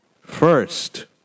first